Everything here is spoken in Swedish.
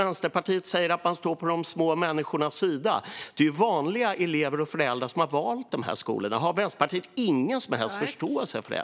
Vänsterpartiet säger att man står på de små människornas sida. Det är vanliga elever och föräldrar som har valt de här skolorna. Har Vänsterpartiet ingen som helst förståelse för det?